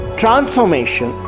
transformation